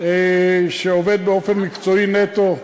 שעובד באופן מקצועי נטו,